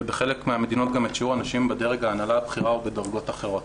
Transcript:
ובחלק מהמדינות גם את שיעור הנשים בדרג ההנהלה הבכירה ובדרגות אחרות.